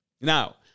Now